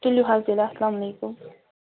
تُلِو حظ تیٚلہِ اَسلام علیکُم